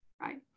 right